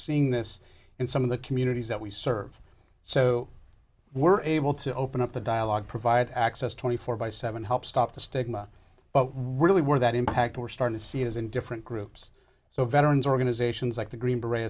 seeing this in some of the communities that we serve so we're able to open up the dialogue provide access twenty four by seven help stop the stigma but we're really where that impact we're starting to see is in different groups so veterans organizations like the green b